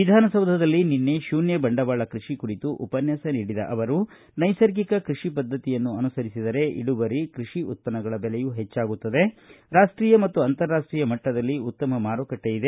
ವಿಧಾನಸೌಧದಲ್ಲಿ ನಿನ್ನೆ ಶೂನ್ಯ ಬಂಡವಾಳ ಕೃಷಿ ಕುರಿತು ಉಪನ್ಯಾಸ ನೀಡಿದ ಅವರು ನೈಸರ್ಗಿಕ ಕೃಷಿ ಪದ್ಧತಿಯನ್ನು ಅನುಸರಿಸಿದರೆ ಇಳುವರಿ ಕೃಷಿ ಉತ್ಪನ್ನಗಳ ಬೆಲೆಯೂ ಹೆಚ್ಚು ರಾಷ್ಟೀಯ ಮತ್ತು ಅಂತಾರಾಷ್ಟೀಯ ಮಟ್ಟದಲ್ಲಿ ಉತ್ತಮ ಮಾರುಕಟ್ಟೆ ಇದೆ